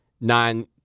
nine